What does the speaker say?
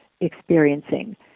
experiencing